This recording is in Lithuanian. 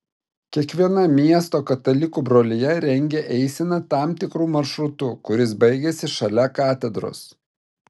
kiekviena miesto katalikų brolija rengia eiseną tam tikru maršrutu kuris baigiasi šalia katedros